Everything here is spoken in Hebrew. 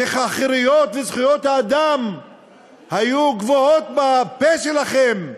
והחירויות וזכויות האדם היו גבוהות בפה שלכם,